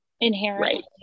inherently